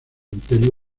imperio